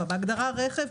בהגדרה רכב,